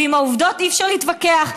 ועם העובדות אי-אפשר להתווכח.